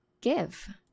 give